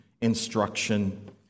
instruction